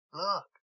look